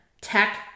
Tech